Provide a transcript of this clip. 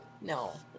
No